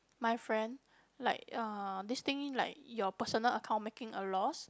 my friend like uh this thing like your personal account making a loss